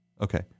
Okay